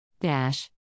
Dash